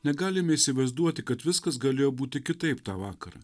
negalime įsivaizduoti kad viskas galėjo būti kitaip tą vakarą